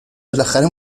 بالاخره